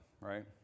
right